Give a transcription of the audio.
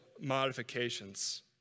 modifications